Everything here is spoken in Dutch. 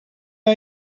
bij